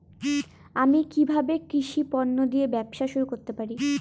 আমি কিভাবে কৃষি পণ্য দিয়ে ব্যবসা শুরু করতে পারি?